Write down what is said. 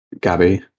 Gabby